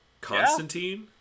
Constantine